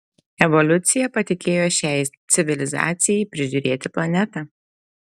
evoliucija patikėjo šiai civilizacijai prižiūrėti planetą